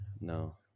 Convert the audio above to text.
No